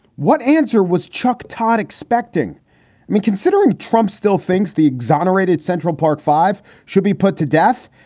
what answer was chuck todd expecting me considering? trump still thinks the exonerated central park five should be put to death.